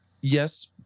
yes